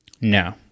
no